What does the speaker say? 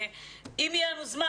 אם יהיה לנו זמן,